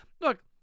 look